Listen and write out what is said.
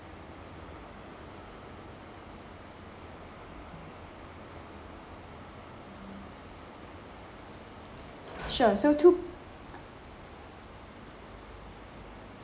sure so two